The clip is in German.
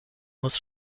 muss